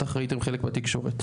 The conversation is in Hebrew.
בטח ראיתם חלק בתקשורת.